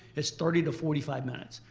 it's thirty to forty five minutes.